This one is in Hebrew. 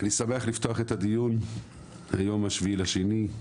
אני שמח לפתוח את הדיון - היום ה-7 בפברואר 2023,